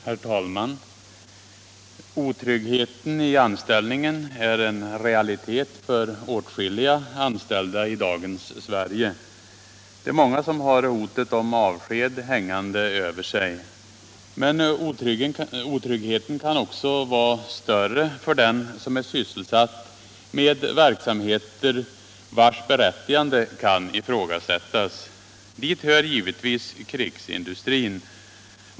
Herr talman! Otryggheten i anställningen är en realitet för åtskilliga anställda i dagens Sverige. Det är många som har hotet om avsked hängande över sig. Men otryggheten kan också vara större för den som är sysselsatt med verksamheter vilkas berättigande kan ifrågasättas. Dit hör 87 givetvis krigsindustrin.